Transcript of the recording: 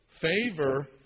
Favor